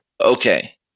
Okay